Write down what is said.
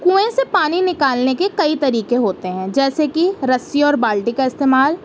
کنویں سے پانی نکالنے کے کئی طریقے ہوتے ہیں جیسے کہ رسی اور بالٹی کا استعمال